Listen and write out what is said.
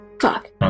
Fuck